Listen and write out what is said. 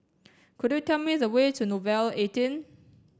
could you tell me the way to Nouvel eighteen